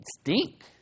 stink